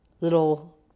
little